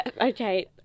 okay